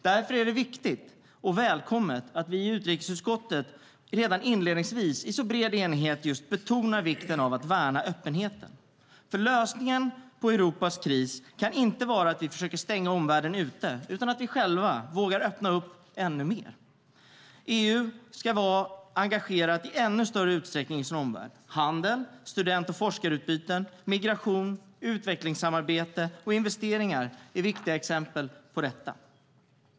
Därför är det välkommet att vi i utrikesutskottet redan inledningsvis i bred enighet betonar vikten av att värna öppenheten. Lösningen på Europas kris kan inte vara att stänga omvärlden ute, utan att vi vågar öppna upp ännu mer. EU ska vara engagerat i sin omvärld i ännu större utsträckning. Handel, student och forskarutbyten, migration, utvecklingssamarbete och investeringar är viktiga exempel på detta.